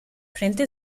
frente